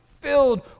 filled